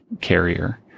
carrier